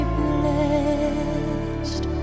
blessed